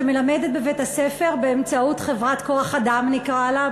שמלמדת בבית-הספר באמצעות חברת כוח-אדם נקרא לה,